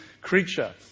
creature